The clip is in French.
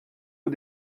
aux